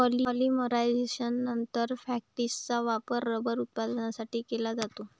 पॉलिमरायझेशननंतर, फॅक्टिसचा वापर रबर उत्पादनासाठी केला जाऊ शकतो